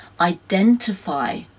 identify